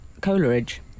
Coleridge